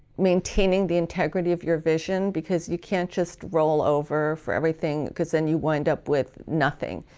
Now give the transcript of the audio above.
maintaining the integrity of your vision because you can't just roll over for everything because and you wind up with nothing.